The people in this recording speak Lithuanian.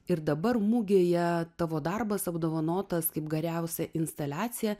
ir dabar mugėje tavo darbas apdovanotas kaip geriausia instaliacija